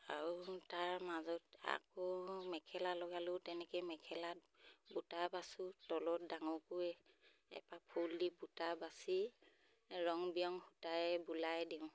আৰু তাৰ মাজত আকৌ মেখেলা লগালেও তেনেকৈ মেখেলাত বুটা বাচোঁ তলত ডাঙৰকৈ এপাহ ফুল দি বুটা বাচি ৰং বিৰং সূতাই বোলাই দিওঁ